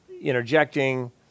interjecting